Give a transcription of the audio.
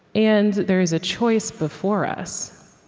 and there is a choice before us.